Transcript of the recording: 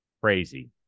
crazy